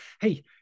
hey